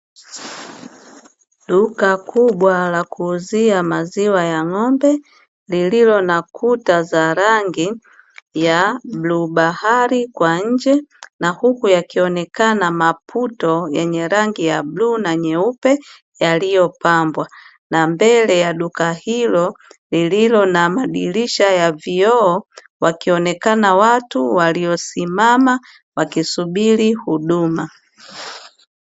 Duka kubwa la kuuzia maziwa ya ng'ombe, lililo na kuta za rangi ya bluu bahari kwa nje, na huku yakionekana maputo yenye rangi ya bluu na nyeupe, yaliyopambwa. Na mbele ya duka hilo lililo na madirisha ya vioo, wakionekana watu waliosimama wakisubiri huduma.